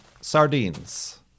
Sardines